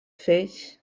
feix